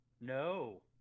No